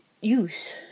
use